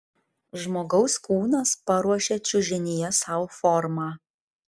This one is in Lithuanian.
žmogaus kūnas paruošia čiužinyje sau formą